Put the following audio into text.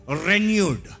renewed